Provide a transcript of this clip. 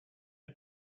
for